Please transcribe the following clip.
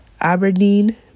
Aberdeen